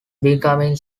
becoming